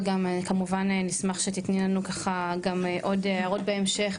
וכמובן נשמח שתיתני לנו עוד הארות בהמשך,